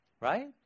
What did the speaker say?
Right